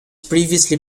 previously